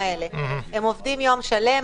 כדי שהם יוכלו להמשיך בעבודתם